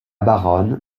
baronne